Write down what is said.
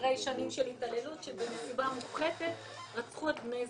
אחרי שנים של התעללות שב --- רצחו את בני זוגן.